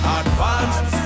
advance